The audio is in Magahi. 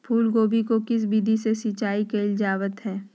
फूलगोभी को किस विधि से सिंचाई कईल जावत हैं?